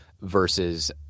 versus